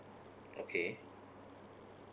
okay